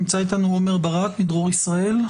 נמצא אתנו עומר ברק מדרור ישראל?